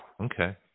Okay